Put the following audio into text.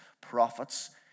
prophets